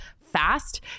fast